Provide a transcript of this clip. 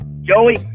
joey